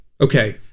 Okay